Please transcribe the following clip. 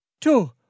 two